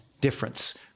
difference